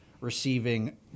receiving